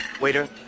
waiter